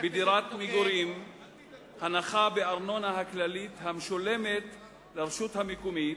בדירת מגורים הנחה בארנונה הכללית המשולמת לרשות המקומית